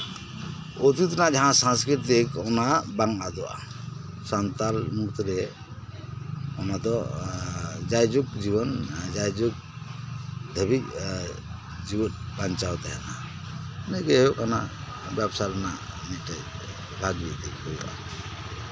ᱚᱛᱤᱛ ᱨᱮᱱᱟᱜ ᱡᱟᱦᱟᱸ ᱥᱟᱝᱥᱠᱨᱤᱛᱤᱠ ᱚᱱᱟ ᱵᱟᱝ ᱟᱫᱚᱜᱼᱟ ᱥᱟᱱᱛᱟᱞ ᱢᱩᱫᱽᱨᱮ ᱚᱱᱟ ᱫᱚ ᱡᱟᱭᱡᱩᱜᱽ ᱡᱤᱭᱚᱱ ᱡᱟᱭᱡᱩᱜᱽ ᱫᱷᱟᱹᱵᱤᱡ ᱡᱮᱣᱮᱫ ᱵᱟᱧᱪᱟᱣ ᱛᱟᱦᱮᱱᱟ ᱡᱟᱭ ᱦᱳᱠ ᱚᱱᱟ ᱵᱮᱵᱥᱟ ᱨᱮᱭᱟᱜ ᱢᱤᱫᱴᱮᱡ ᱵᱷᱟᱜᱮ ᱫᱤᱠ ᱦᱩᱭᱩᱜᱼᱟ